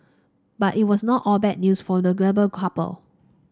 but it was not all bad news for the glamour couple